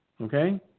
Okay